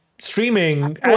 streaming